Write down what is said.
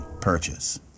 purchase